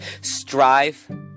Strive